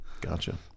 gotcha